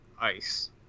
ice